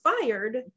fired